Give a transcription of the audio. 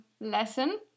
lesson